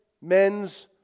men's